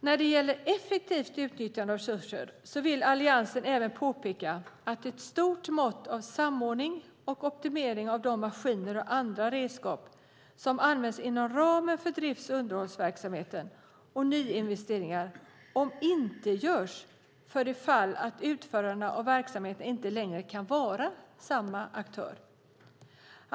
När det gäller effektivt utnyttjande av resurser vill Alliansen även påpeka att ett stort mått av samordning och optimering av de maskiner och andra redskap som används inom ramen för drifts och underhållsverksamhet och nyinvesteringar omintetgörs ifall utförarna av verksamheterna inte längre kan vara samma aktör.